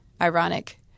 Ironic